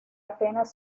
apenas